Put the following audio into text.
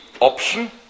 option